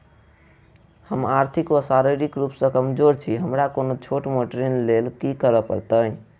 हम आर्थिक व शारीरिक रूप सँ कमजोर छी हमरा कोनों छोट मोट ऋण लैल की करै पड़तै?